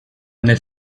nel